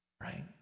right